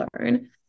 learn